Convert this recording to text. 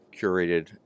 curated